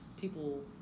people